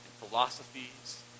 philosophies